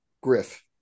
Griff